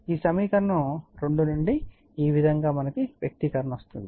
ఈ సమీకరణం 2 నుండి ఈ విధంగా వ్యక్తీకరణ లభిస్తుంది